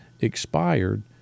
expired